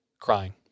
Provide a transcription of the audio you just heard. crying